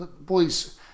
Boys